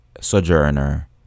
Sojourner